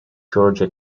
georgia